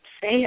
say